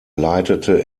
leitete